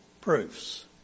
proofs